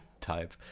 type